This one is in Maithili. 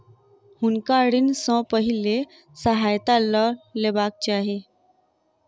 हुनका ऋण सॅ पहिने सहायता लअ लेबाक चाही